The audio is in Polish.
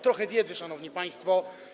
Trochę wiedzy, szanowni państwo.